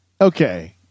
okay